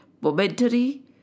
Momentary